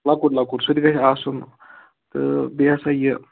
لۅکُٹ لۅکُٹ سُہ تہِ گَژھِ آسُن تہٕ بیٚیہِ یہِ ہسا یہِ